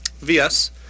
VS